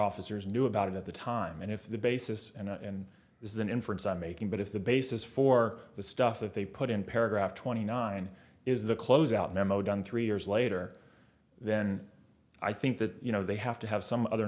officers knew about it at the time and if the basis and this is an inference i'm making but if the basis for the stuff that they put in paragraph twenty nine is the close out memo done three years later then i think that you know they have to have some other